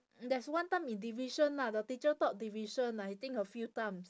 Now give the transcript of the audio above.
there's one time in division lah the teacher taught division I think a few times